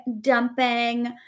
dumping